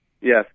Yes